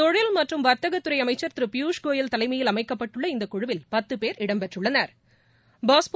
தொழில் மற்றும் வா்த்தகத்துறை அமை்ச்ச் திரு பியூஷ் கோயல் தலைமயில் அமைக்கப்பட்டுள்ள இந்த குழுவில் பத்து பேர் இடம்பெற்றுள்ளனா்